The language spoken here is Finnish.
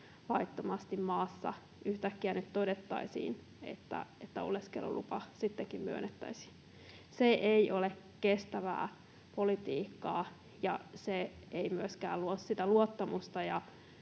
laittomasti maassa, oleskelulupa sittenkin myönnettäisiin. Se ei ole kestävää politiikkaa, ja se ei myöskään luo sitä